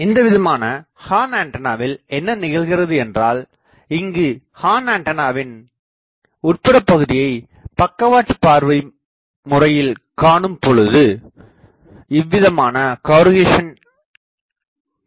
இந்தவிதமான horn ஆண்டனாவில் என்ன நிகழ்கிறது என்றால் இங்கு ஹார்ன் ஆண்டனாவின் உட்புறபகுதியை பக்கவாட்டு பார்வை முறையில் காணும்பொழுது இவ்விதமான கருகேஷன் உள்ளது